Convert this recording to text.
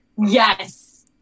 Yes